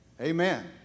Amen